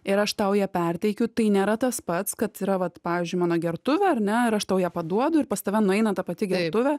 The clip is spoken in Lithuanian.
ir aš tau ją perteikiu tai nėra tas pats kad yra vat pavyzdžiui mano gertuvė ar ne ir aš tau ją paduodu ir pas tave nueina ta pati gertuvė